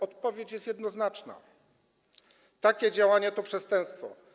Odpowiedź jest jednoznaczna: takie działanie to przestępstwo.